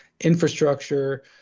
infrastructure